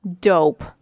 Dope